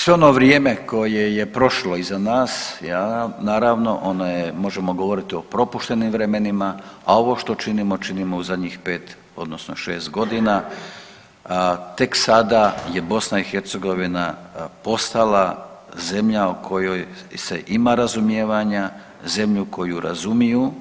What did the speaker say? Sve ono vrijeme koje je prošlo iza nas naravno ono je možemo govoriti o propuštenim vremenima, a ovo što činimo u zadnjih 5 odnosno 6 godina tek sada je BiH postala zemlja o kojoj se ima razumijevanja, zemlju koju razumiju,